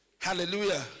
Hallelujah